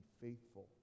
faithful